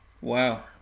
Wow